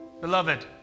Beloved